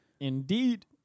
Indeed